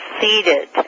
seated